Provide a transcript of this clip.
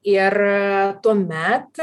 ir tuomet